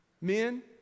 Men